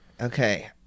Okay